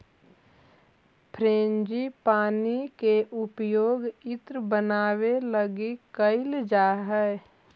frangipani के उपयोग इत्र बनावे लगी कैइल जा हई